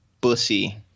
bussy